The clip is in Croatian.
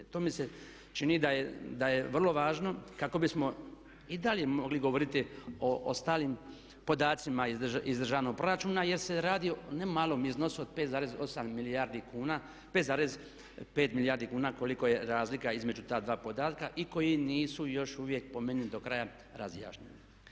To mi se čini da je vrlo važno kako bismo i dalje mogli govoriti o ostalim podacima iz državnog proračuna jer se radi o ne malom iznosu od 5,8 milijardi kuna, 5,5 milijardi kuna koliko je razlika između ta dva podatka i koji nisu još uvijek po meni do kraja razjašnjeni.